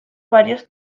varios